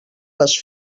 les